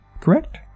correct